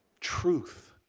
truth.